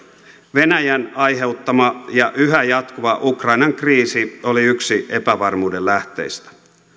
venäjän aiheuttama ja yhä jatkuva ukrainan kriisi oli yksi epävarmuuden lähteistä